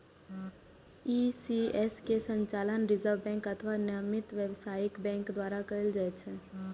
ECS के संचालन Reserve Bank अथवा नामित व्यावसायिक बैंक द्वारा कैल जाइ छै